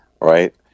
right